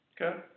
Okay